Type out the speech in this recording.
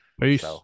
Peace